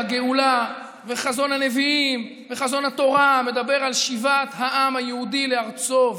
הגאולה וחזון הנביאים וחזון התורה מדברים על שיבת העם היהודי לארצו,